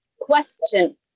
question